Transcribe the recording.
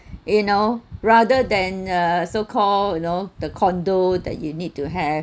you know rather than uh so called you know the condo that you need to have